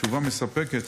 תשובה מספקת.